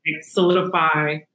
solidify